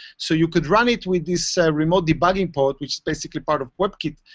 so you could run it with this remote debugging port, which is basically part of webkit,